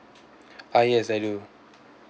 ah yes I do